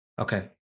Okay